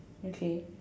okay